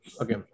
okay